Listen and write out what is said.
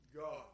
God